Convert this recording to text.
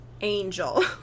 angel